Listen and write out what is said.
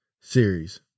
series